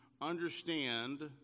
understand